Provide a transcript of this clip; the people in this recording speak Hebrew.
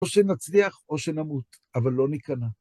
או שנצליח או שנמות, אבל לא נכנע.